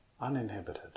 Uninhibited